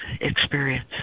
experience